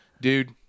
dude